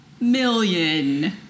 million